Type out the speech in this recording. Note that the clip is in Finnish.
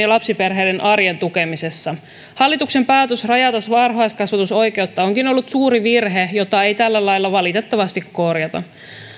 ja lapsiperheiden arjen tukemisessa hallituksen päätös rajata varhaiskasvatusoikeutta onkin ollut suuri virhe jota ei tällä lailla valitettavasti korjata